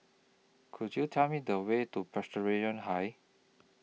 Could YOU Tell Me The Way to Presbyterian High